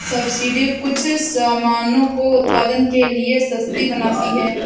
subsidy कुछ सामानों को उत्पादन के लिए सस्ती बनाती है